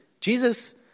Jesus